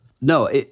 No